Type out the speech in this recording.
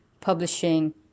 publishing